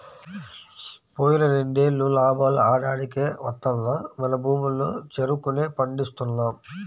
పోయిన రెండేళ్ళు లాభాలు ఆడాడికే వత్తన్నా మన భూముల్లో చెరుకునే పండిస్తున్నాం